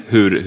Hur